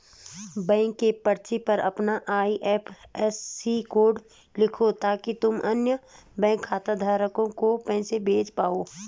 bank के पर्चे पर अपना आई.एफ.एस.सी कोड लिखो ताकि तुम अन्य बैंक खाता धारक को पैसे भेज पाओ